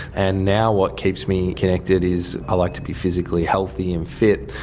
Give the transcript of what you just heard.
and now what keeps me connected is i like to be physically healthy and fit,